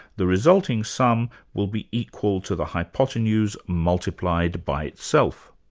the resulting sum will be equal to the hypotenuse multiplied by itself.